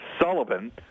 Sullivan